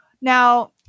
now